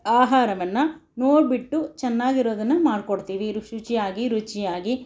ಆಹಾರವನ್ನು ನೋಡ್ಬಿಟ್ಟು ಚೆನ್ನಾಗಿರೋದನ್ನು ಮಾಡ್ಕೊಡ್ತೀವಿ ರುಚಿ ರುಚಿಯಾಗಿ ರುಚಿಯಾಗಿ